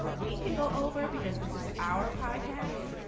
we can't go over because this is our podcast.